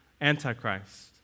Antichrist